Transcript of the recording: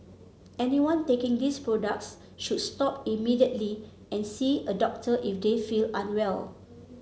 anyone taking these products should stop immediately and see a doctor if they feel unwell